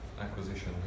acquisition